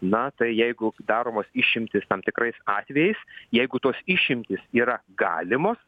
na tai jeigu daromos išimtys tam tikrais atvejais jeigu tos išimtys yra galimos